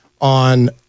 on